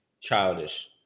childish